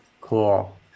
Cool